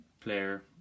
player